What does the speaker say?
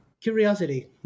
curiosity